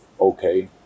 Okay